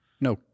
No